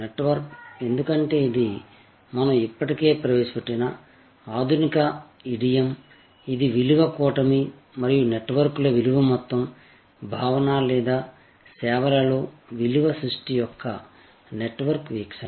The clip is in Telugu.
నెట్వర్క్ ఎందుకంటే ఇది మనం ఇప్పటికే ప్రవేశపెట్టిన ఆధునిక ఇడియమ్ ఇది విలువ కూటమి మరియు నెట్వర్క్ల విలువ మొత్తం భావన లేదా సేవలలో విలువ సృష్టి యొక్క నెట్వర్క్ వీక్షణ